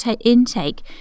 intake